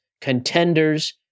contenders